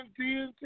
TNT